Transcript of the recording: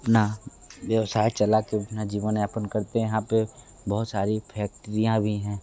अपना व्यवसाय चला कर अपना जीवन यापन करते हैं यहाँ पे बहुत सारी फैक्ट्रियाँ भी हैं